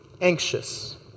anxious